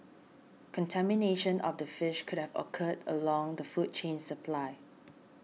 contamination of the fish could have occurred along the food chain supply